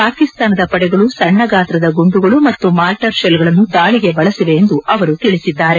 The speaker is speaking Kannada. ಪಾಕಿಸ್ತಾನದ ಪಡೆಗಳು ಸಣ್ಣ ಗಾತ್ರದ ಗುಂಡುಗಳು ಮತ್ತು ಮಾರ್ಟರ್ ಶೆಲ್ಗಳನ್ನು ದಾಳಿಗೆ ಬಳಸಿವೆ ಎಂದು ಅವರು ತಿಳಿಸಿದ್ದಾರೆ